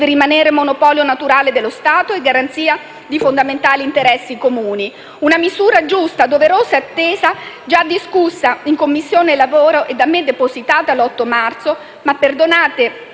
deve rimanere monopolio naturale dello Stato e garanzia di fondamentali interessi comuni. Una misura giusta, doverosa e attesa, già discussa in Commissione lavoro e da me depositata l'8 marzo, ma - perdonate